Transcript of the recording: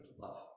love